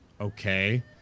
okay